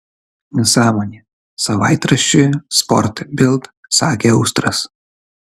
nesąmonė savaitraščiui sport bild sakė austras